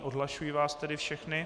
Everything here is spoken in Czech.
Odhlašuji vás tedy všechny.